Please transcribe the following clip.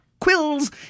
quills